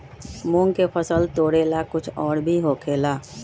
मूंग के फसल तोरेला कुछ और भी होखेला?